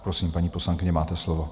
Prosím, paní poslankyně, máte slovo.